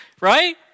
right